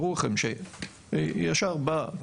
ברור לכם שהיא ישר באה,